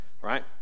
right